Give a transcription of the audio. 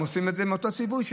הם עושים את זה מאותו ציווי,